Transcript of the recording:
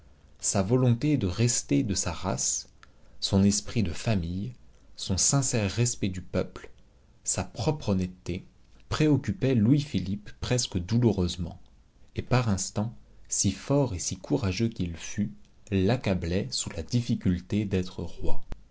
sa volonté de rester de sa race son esprit de famille son sincère respect du peuple sa propre honnêteté préoccupaient louis-philippe presque douloureusement et par instants si fort et si courageux qu'il fût l'accablaient sous la difficulté d'être roi